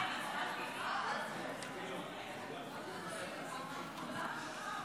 ההצעה